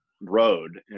road